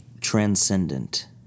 Transcendent